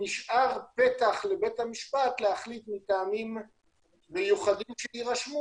נשאר פתח לבית המשפט להחליט מטעמים מיוחדים שירשמו